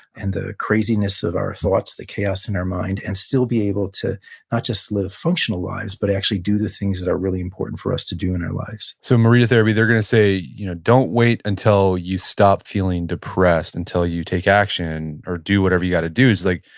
and the craziness of our thoughts, the chaos in our mind, and still be able to not just live functional lives, but actually do the things that are really important for us to do in our lives so in morita therapy, they're going to say, you know, don't wait until you stop feeling depressed until you take action or do whatever you've got to do. it's like,